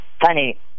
funny